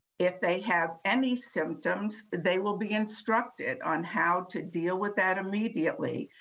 if they have any symptoms, they will be instructed on how to deal with that immediately,